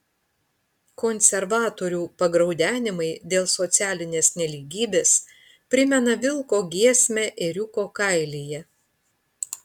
konservatorių pagraudenimai dėl socialinės nelygybės primena vilko giesmę ėriuko kailyje